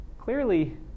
clearly